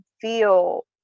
feel